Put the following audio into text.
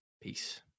Peace